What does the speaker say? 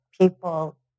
people